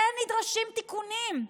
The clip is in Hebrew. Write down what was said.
כן נדרשים תיקונים,